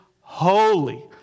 holy